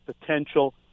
potential